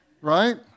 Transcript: Right